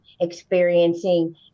experiencing